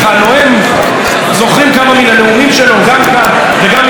זוכרים כמה מן הנאומים שלו גם כאן וגם מחוץ למקום הזה.